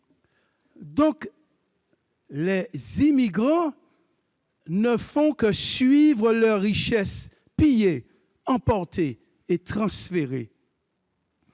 ... Les immigrants ne font que suivre leurs richesses pillées, emportées et transférées.